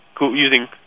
using